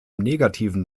negativen